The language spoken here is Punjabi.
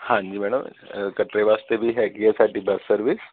ਹਾਂਜੀ ਮੈਡਮ ਕਟੜੇ ਵਾਸਤੇ ਵੀ ਹੈਗੀ ਆ ਸਾਡੀ ਬਸ ਸਰਵਿਸ